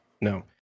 No